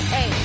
Hey